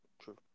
true